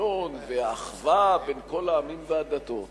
והשוויון והאחווה בין כל העמים והדתות,